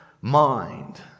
mind